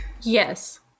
Yes